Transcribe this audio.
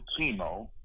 chemo